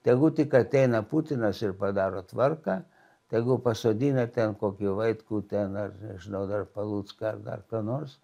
tegu tik ateina putinas ir padaro tvarką tegu pasodina ten kokį vaitkų ten ar nežinau dar palucką ar dar ką nors